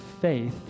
faith